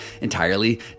entirely